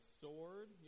sword